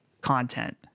content